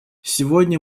сегодня